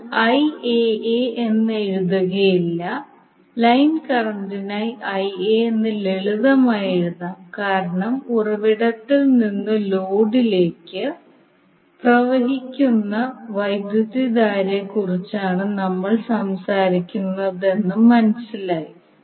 നമ്മൾ Iaa എന്ന് എഴുതുകയില്ല ലൈൻ കറന്റിനായി Ia എന്ന് ലളിതമായി എഴുതാം കാരണം ഉറവിടത്തിൽ നിന്ന് ലോഡിലേക്ക് പ്രവഹിക്കുന്ന വൈദ്യുതധാരയെക്കുറിച്ചാണ് നമ്മൾ സംസാരിക്കുന്നതെന്ന് മനസ്സിലായി